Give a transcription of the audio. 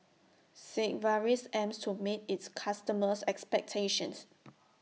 Sigvaris aims to meet its customers' expectations